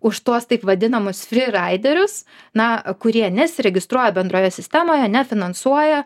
už tuos taip vadinamus friraiderius na kurie nesiregistruoja bendroje sistemoje nefinansuoja